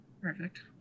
Perfect